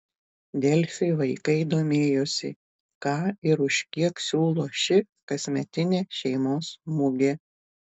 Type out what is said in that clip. delfi vaikai domėjosi ką ir už kiek siūlo ši kasmetinė šeimos mugė